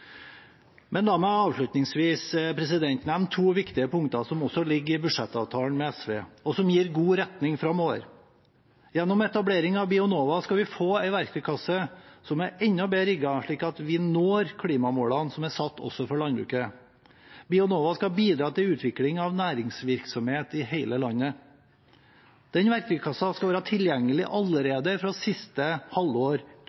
nevne to viktige punkter som også ligger i budsjettavtalen med SV, og som gir god retning framover: Gjennom etablering av Bionova skal vi få en verktøykasse som er enda bedre rigget, slik at vi når klimamålene som er satt, også for landbruket. Bionova skal bidra til utvikling av næringsvirksomhet i hele landet. Denne verktøykassen skal være tilgjengelig